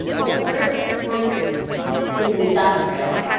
well the first one is industrial.